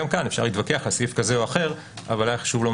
גם כאן אפשר להתווכח על סעיף זה או אחר אבל הבחירות